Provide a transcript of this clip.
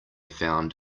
found